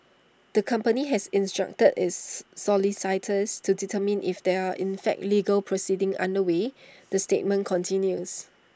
the company has instructed its solicitors to determine if there are in fact legal proceedings underway the statement continues